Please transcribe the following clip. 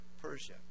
Persia